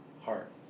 heart